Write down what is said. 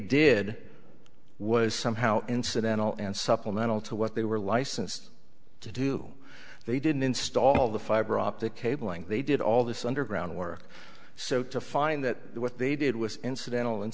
did was somehow incidental and supplemental to what they were licensed to do they didn't install the fiber optic cable and they did all this underground work so to find that what they did was incidental and